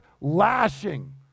lashing